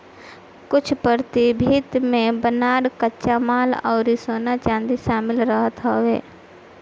कुछ प्रतिभूति में बांड कच्चा माल अउरी सोना चांदी शामिल रहत हवे